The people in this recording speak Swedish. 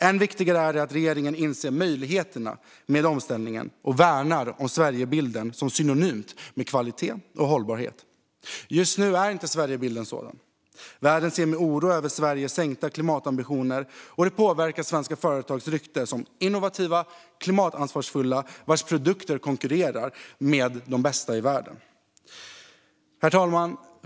Än viktigare är dock att regeringen inser möjligheterna med omställningen och värnar Sverigebilden som något synonymt med kvalitet och hållbarhet. Just nu är Sverigebilden inte sådan. Världen ser med oro på Sveriges sänkta klimatambitioner, och det påverkar svenska företags rykte som innovativa, klimatansvarsfulla företag vars produkter konkurrerar med de bästa i världen. Herr talman!